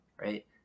Right